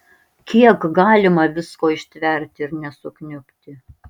kiek galima visko ištverti ir nesukniubti